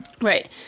right